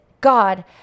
god